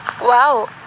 Wow